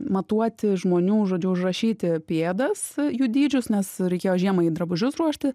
matuoti žmonių žodžiu užrašyti pėdas jų dydžius nes reikėjo žiemai drabužius ruošti